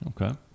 okay